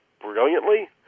brilliantly